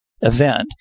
event